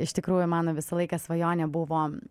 iš tikrųjų mano visą laiką svajonė buvo